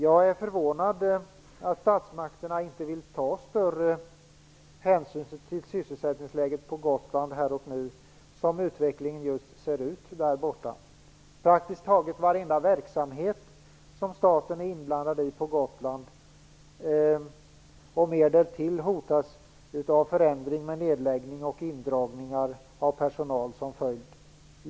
Jag är förvånad över att statsmakterna inte här och nu vill ta större hänsyn till sysselsättningsläget på Gotland, som utvecklingen ser ut där borta. Praktiskt taget varenda verksamhet som staten är inblandad i på Gotland och mer därtill hotas av förändring och nedläggning med indragningar av personal som följd.